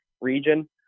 region